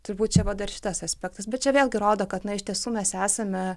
turbūt čia va dar šitas aspektas bet čia vėlgi rodo kad na iš tiesų mes esame